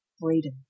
freedom